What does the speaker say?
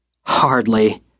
Hardly